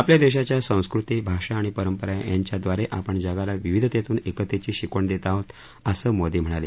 आपल्या देशाच्या संस्कृती भाषा आणि परंपरा यांच्याद्वारे आपण जगाला विविधतेतून एकतेची शिकवण देत आहोत असं मोदी म्हणाले